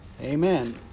amen